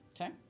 Okay